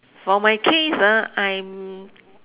for my case ah I'm